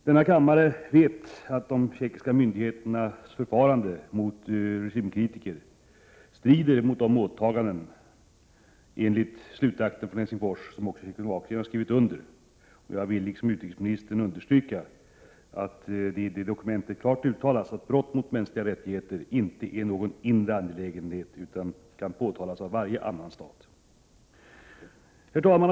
Denna kammare vet att de tjeckoslovakiska myndigheternas förfarande mot regimkritiker strider mot åtagandena enligt slutakten från Helsingfors, som också Tjeckoslovakien har skrivit under. Jag vill liksom utrikesministern understryka att det i detta dokument klart uttalas att brott mot mänskliga rättigheter inte är att betrakta som inre angelägenheter, utan att övergrepp kan påtalas av varje annan stat. Herr talman!